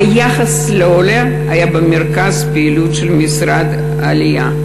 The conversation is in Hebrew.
היחס לעולה היה במרכז הפעילות של המשרד לקליטת העלייה.